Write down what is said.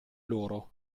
loro